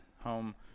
home